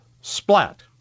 splat